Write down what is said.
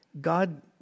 God